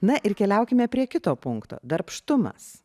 na ir keliaukime prie kito punkto darbštumas